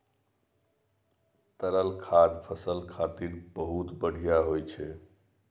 तरल खाद फसल खातिर बहुत बढ़िया होइ छै